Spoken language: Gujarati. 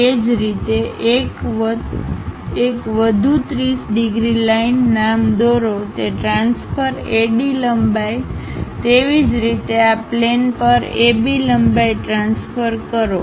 A જ રીતે એક વધુ 30 ડિગ્રી લાઇન નામ દોરો તે ટ્રાન્સફર AD લંબાઈ તેવી જ રીતે આ પ્લેન પર AB લંબાઈ ટ્રાન્સફર કરો